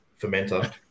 fermenter